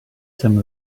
some